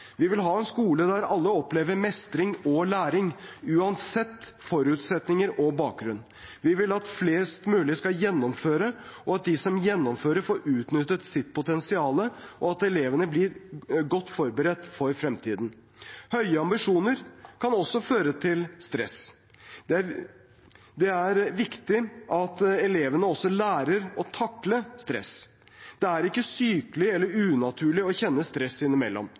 Vi vil ha en skole der alle opplever mestring og læring, uansett forutsetninger og bakgrunn. Vi vil at flest mulig skal gjennomføre, at de som gjennomfører, får utnyttet sitt potensial, og at elevene blir godt forberedt for fremtiden. Høye ambisjoner kan også føre til stress. Det er viktig at elevene også lærer å takle stress. Det er ikke sykelig eller unaturlig å kjenne stress